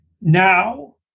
now